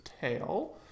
tail